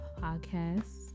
podcast